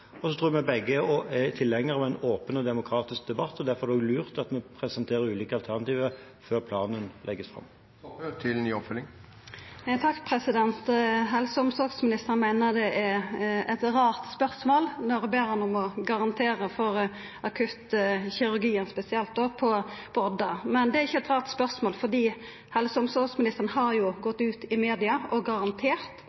og så tror jeg vi begge er tilhengere av en åpen og demokratisk debatt, og derfor er det lurt at vi presenterer ulike alternativer før planen legges fram. Helse- og omsorgsministeren meiner det er eit rart spørsmål når eg ber han om å garantera for akuttkirurgien spesielt i Odda. Men det er ikkje eit rart spørsmål, for helse- og omsorgsministeren har gått ut i media og garantert